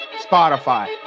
Spotify